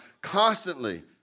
constantly